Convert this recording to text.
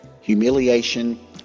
humiliation